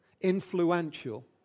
influential